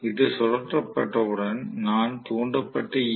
இது சுழற்றப்பட்டவுடன் நான் தூண்டப்பட்ட ஈ